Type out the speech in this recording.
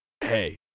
Hey